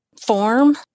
form